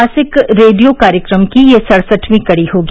मासिक रेडियो कार्यक्रम की यह सड़सठवीं कड़ी होगी